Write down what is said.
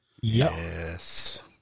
Yes